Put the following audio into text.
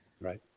Right